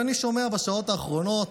ואני שומע בשעות האחרונות